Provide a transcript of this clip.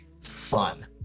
fun